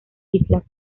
islas